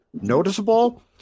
noticeable